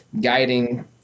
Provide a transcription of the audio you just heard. guiding